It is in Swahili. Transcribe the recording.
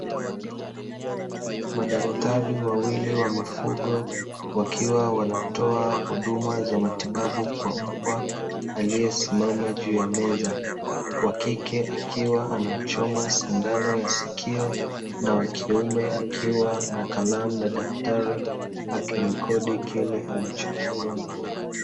Madaktari wawili wa mifugo, wakiwa wanatoa huduma za matibabu kwa mbwa aliyesimama juu ya meza. Wa kike akiwa anamchoma sindano ya sikio, na wa kiume akiwa na kalamu na daftari, akirekodi kile anachokiona.